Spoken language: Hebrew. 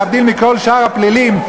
להבדיל מכל שאר הפלילים,